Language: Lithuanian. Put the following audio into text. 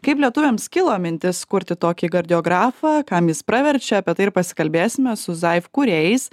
kaip lietuviams kilo mintis kurti tokį kardiografą kam jis praverčia apie tai ir pasikalbėsime su zaif kūrėjais